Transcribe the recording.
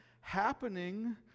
happening